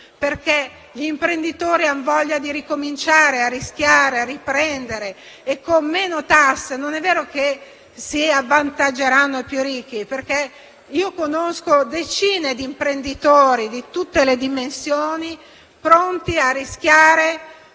Gli imprenditori hanno voglia di ricominciare a rischiare, a riprendere, e con meno tasse. Non è vero che si avvantaggeranno i più ricchi: conosco decine di imprenditori a tutti i livelli pronti a rischiare